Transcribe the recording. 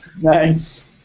Nice